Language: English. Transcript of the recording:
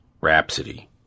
Rhapsody